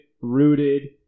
rooted